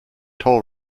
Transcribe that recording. toll